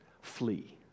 flee